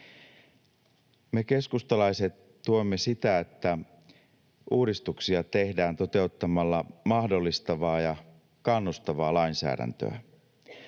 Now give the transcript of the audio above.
Me keskustalaiset tuemme sitä, että uudistuksia tehdään toteuttamalla mahdollistavaa ja kannustavaa lainsäädäntöä.